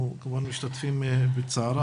אנחנו כמובן משתתפים בצערה.